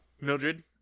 Mildred